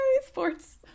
sports